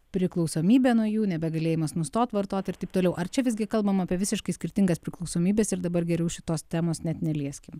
priklausomybė nuo jų nebegalėjimas nustot vartot ir taip toliau ar čia visgi kalbama apie visiškai skirtingas priklausomybes ir dabar geriau šitos temos net nelieskim